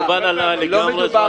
לא מדובר פה --- מקובל עלי לגמרי,